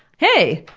hey,